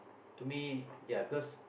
to me ya cause